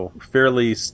fairly